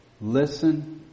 Listen